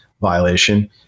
violation